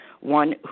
one